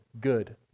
good